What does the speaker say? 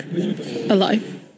alive